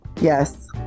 Yes